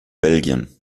belgien